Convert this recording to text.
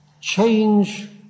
change